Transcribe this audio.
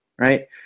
right